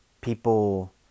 people